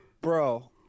Bro